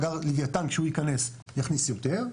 כמובן שמאגר לוויתן כשהוא ייכנס יכניס יותר,